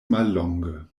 mallonge